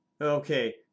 Okay